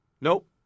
Nope